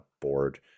board